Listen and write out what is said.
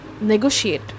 negotiate